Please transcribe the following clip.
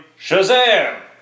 Shazam